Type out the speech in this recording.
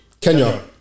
Kenya